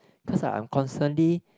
cause I'm constantly